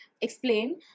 explain